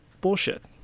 bullshit